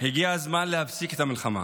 הגיע הזמן להפסיק את המלחמה